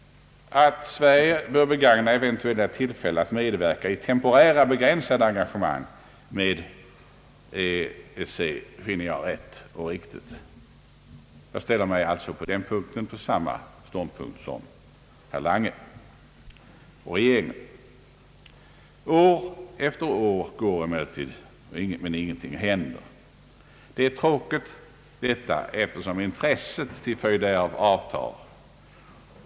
Att Sverige bör begagna eventuella tillfällen att medverka i temporära, begränsade engagemang med EEC finner jag rätt och riktigt. Jag ställer mig alltså i detta avseende på samma ståndpunkt som herr Lange och regeringen. År efter år går emellertid och ingenting händer. Detta är tråkigt, eftersom intresset till följd därav avtar.